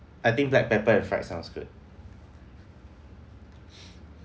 I think black pepper and fried sounds good